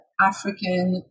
African